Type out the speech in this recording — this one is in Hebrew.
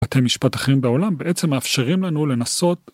בתי משפט אחרים בעולם בעצם מאפשרים לנו לנסות